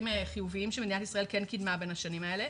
חיוביים שמדינת ישראל כן קידמה בין השנים האלה.